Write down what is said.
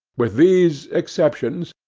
with these exceptions,